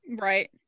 right